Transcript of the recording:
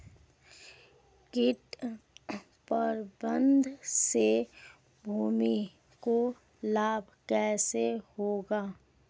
कीट प्रबंधन से भूमि को लाभ कैसे होता है?